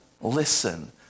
listen